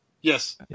Yes